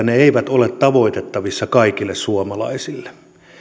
ne eivät ole tavoittavissa kaikille suomalaisille